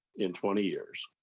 in twenty years.